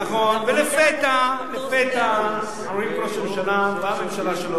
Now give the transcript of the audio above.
של גורמים בעיריית רעננה, ובכל זאת עשה זאת.